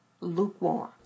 lukewarm